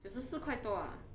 九十四块多 ah